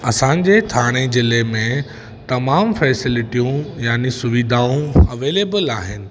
असांजे थाणे ज़िले में तमामु फेसिलिटियूं याने सुविधाऊं अवैलेबल आहिनि